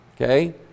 Okay